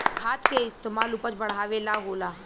खाद के इस्तमाल उपज बढ़ावे ला होला